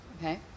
okay